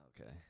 Okay